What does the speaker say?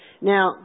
Now